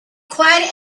quiet